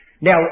Now